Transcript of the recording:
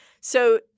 So-